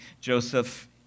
Joseph